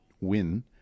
win